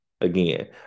Again